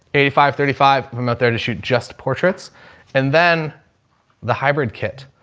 eighty five, thirty five from up there to shoot just portraits and then the hybrid kit.